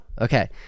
okay